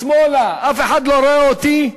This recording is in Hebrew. ושמאלה, אף אחד לא רואה אותי?